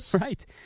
Right